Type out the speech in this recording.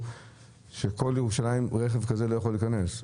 שבכל ירושלים רכב כזה לא יכול להיכנס.